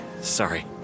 Sorry